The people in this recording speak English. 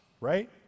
Right